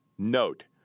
Note